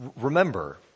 remember